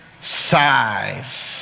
size